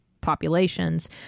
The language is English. populations